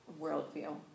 worldview